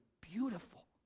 beautiful